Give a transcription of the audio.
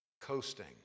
coasting